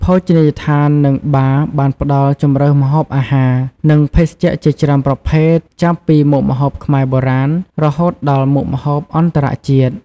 ភោជនីយដ្ឋាន និងបារ បានផ្ដល់ជម្រើសម្ហូបអាហារ និងភេសជ្ជៈជាច្រើនប្រភេទ ចាប់ពីមុខម្ហូបខ្មែរបុរាណ រហូតដល់មុខម្ហូបអន្តរជាតិ។